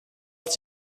ist